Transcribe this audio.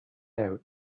out